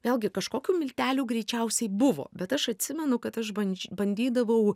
vėlgi kažkokių miltelių greičiausiai buvo bet aš atsimenu kad aš bandž bandydavau